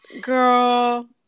Girl